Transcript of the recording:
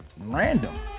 random